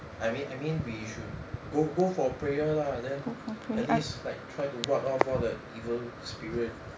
I mean I mean we should go go for prayer lah then at least like try to ward off all the evil spirit